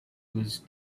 was